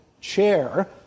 chair